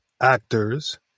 actors